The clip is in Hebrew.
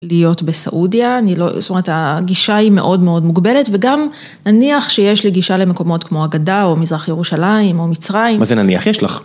להיות בסעודיה, אני לא, זאת אומרת, הגישה היא מאוד מאוד מוגבלת, וגם נניח שיש לי גישה למקומות כמו הגדה או מזרח ירושלים או מצרים. -מה זה נניח, יש לך?